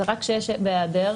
וזה רק כשיש בהיעדר.